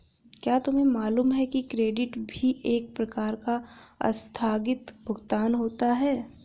क्या तुम्हें मालूम है कि क्रेडिट भी एक प्रकार का आस्थगित भुगतान होता है?